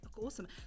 awesome